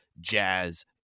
jazz